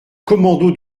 commandos